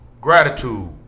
Gratitude